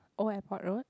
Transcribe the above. Old Airport Road